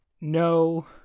no